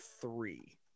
three